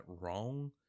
wrong